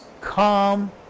calm